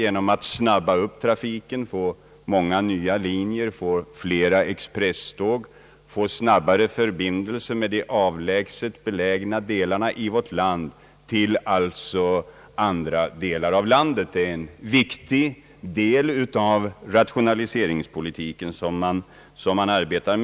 Man gör trafiken snabbare på många nya linjer, man sätter in flera expresståg, snabbare förbindelser mellan avlägsna landsdelar och andra platser i landet. Detta är en viktig del av rationaliseringspolitiken.